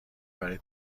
برای